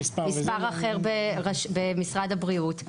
מספר אחר במשרד הבריאות,